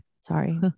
Sorry